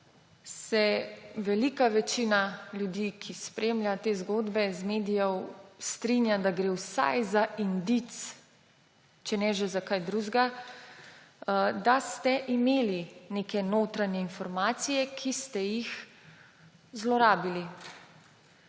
se velika večina ljudi, ki spremlja te zgodbe iz medijev, strinja, da gre vsaj za indic, če že ne za kaj drugega, da ste imeli neke notranje informacije, ki ste jih zlorabili.